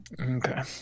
Okay